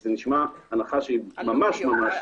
זו הנחה לא ראויה.